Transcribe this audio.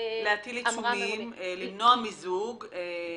שאמרה הממונה -- כן,